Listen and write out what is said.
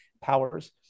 powers